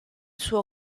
suo